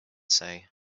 say